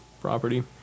property